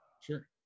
sure